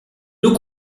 nous